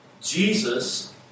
Jesus